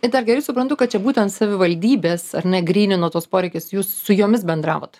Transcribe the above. ir dar gerai suprantu kad čia būtent savivaldybės ar ne grynino tuos poreikius jūs su jomis bendravot